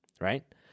right